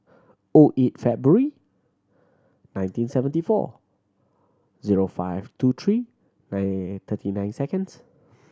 O eight February nineteen seventy four zero five two three nine eight eight thirty nine seconds